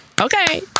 Okay